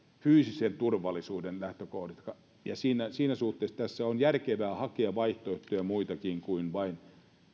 fyysisen turvallisuuden lähtökohdista ja siinä suhteessa tässä on järkevää hakea vaihtoehtoja muitakin kuin vain